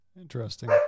Interesting